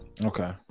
Okay